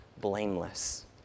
blameless